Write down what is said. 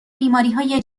بیماریهای